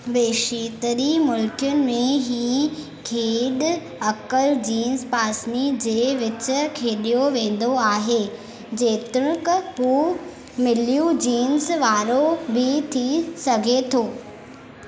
बेशितरि मुल्कनि में ही खेडु॒ अकल जीन्स पासनि जे विच खेडि॒यो वेंदो आहे जेतोणीकु हू मिलयूं जीन्स वारो बि थी सघे थो